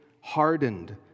hardened